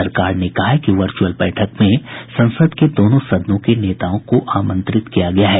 सरकार ने कहा है कि वर्च्रअल बैठक में संसद के दोनों सदनों के नेताओं को आमंत्रित किया गया है